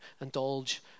indulge